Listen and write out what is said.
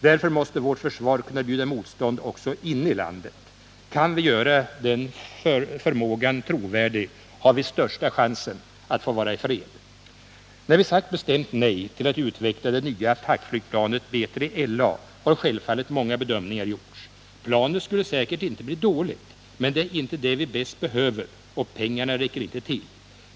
Därför måste vårt försvar kunna bjuda motstånd också inne ilandet. Kan vi göra den förmågan trovärdig har vi största chansen att få vara i fred. är vi sagt bestämt nej till att utveckla det nya attackflygplanet B3LA har självfallet många bedömningar gjorts. Planet skulle säkert inte bli dåligt, men det är inte det vi bäst behöver, och pengarna räcker inte till.